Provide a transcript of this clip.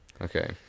Okay